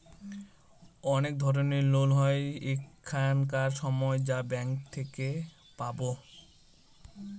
অনেক ধরনের লোন হয় এখানকার সময় যা ব্যাঙ্কে থেকে পাবো